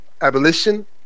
abolition